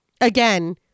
again